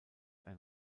ein